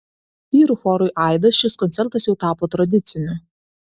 vyrų chorui aidas šis koncertas jau tapo tradiciniu